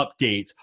updates